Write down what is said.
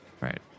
Right